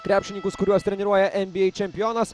krepšininkus kuriuos treniruoja nba čempionas